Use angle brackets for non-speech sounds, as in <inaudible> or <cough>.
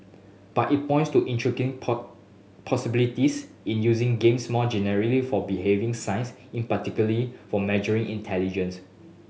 but it points to intriguing <unintelligible> possibilities in using games more generally for behaving science in particularly for measuring intelligence